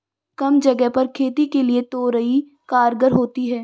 कम जगह पर खेती के लिए तोरई कारगर होती है